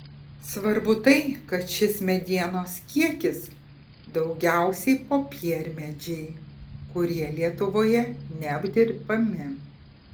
svarbu tai kad šis medienos kiekis daugiausiai popiermedžiai kurie lietuvoje neapdirbami